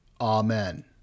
Amen